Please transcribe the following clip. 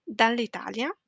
dall'Italia